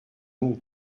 mot